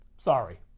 Sorry